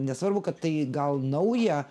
nesvarbu kad tai gal nauja